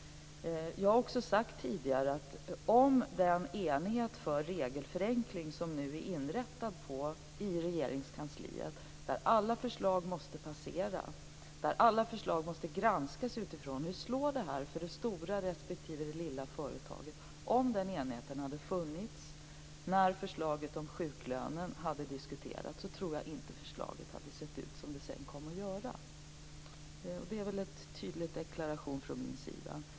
Jag har också sagt tidigare att om den enhet för regelförenkling som nu är inrättad i Regeringskansliet, där alla förslag måste passera och där alla förslag måste granskas utifrån hur de slår för det stora respektive det lilla företaget, hade funnits när förslaget om sjuklönen diskuterades, så tror jag inte att förslaget hade sett ut som det sedan kom att göra. Det är väl en tydlig deklaration från min sida.